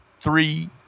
three